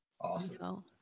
Awesome